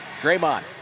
Draymond